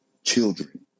children